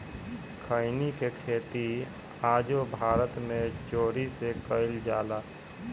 खईनी के खेती आजो भारत मे चोरी से कईल जाला